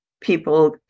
people